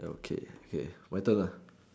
okay okay my turn